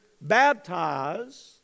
baptize